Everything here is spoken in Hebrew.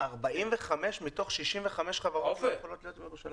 45 מתוך 65 חברות שלא יכולות להיות בירושלים?